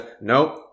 nope